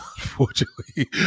unfortunately